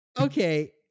Okay